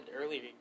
earlier